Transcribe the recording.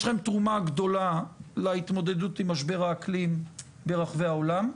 יש לכם תרומה גדולה להתמודדות עם משבר האקלים ברחבי העולם,